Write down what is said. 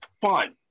fun